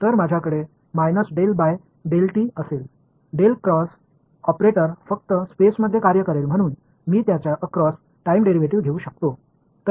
तर माझ्याकडे minus del by del t असेल डेल क्रॉस ऑपरेटर फक्त स्पेसमध्ये कार्य करेल म्हणून मी त्याच्या अक्रॉस टाइम डेरिव्हेटिव्ह घेऊ शकतो